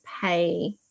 pay